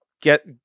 get